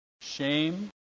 Shame